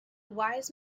wise